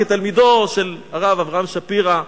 כתלמידו של הרב אברהם שפירא,